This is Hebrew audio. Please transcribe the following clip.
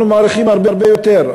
אנחנו מעריכים שהרבה יותר.